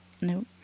No